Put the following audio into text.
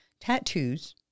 tattoos